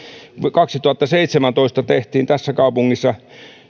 kaksituhattaseitsemäntoista tehtiin tässä kaupungissa